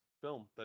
film